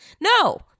No